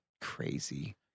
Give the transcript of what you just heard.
crazy